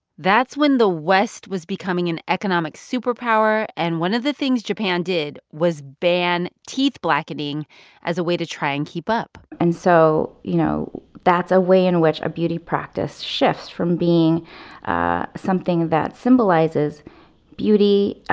that's when the west was becoming an economic superpower, and one of the things japan did was ban teeth blackening as a way to try and keep up and so, you know, that's a way in which a beauty practice shifts from being something that symbolizes beauty,